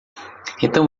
então